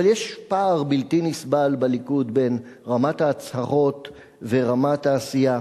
אבל יש פער בלתי נסבל בליכוד בין רמת ההצהרות ורמת העשייה.